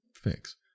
fix